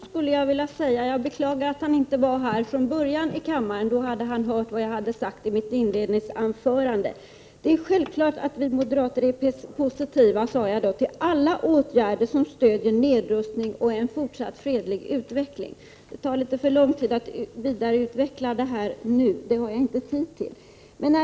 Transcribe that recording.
Fru talman! Jag beklagar att Paul Ciszuk inte var här i kammaren från början, för då hade han hört vad jag sade i mitt inledningsanförande. Det är självklart att vi moderater är positiva, sade jag, till alla åtgärder som stöder nedrustning och en fortsatt fredlig utveckling — det tar litet för lång tid att vidareutveckla det nu.